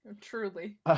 Truly